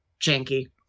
janky